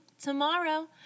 tomorrow